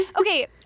Okay